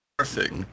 Perfect